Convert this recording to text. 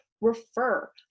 refer